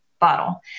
bottle